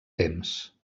temps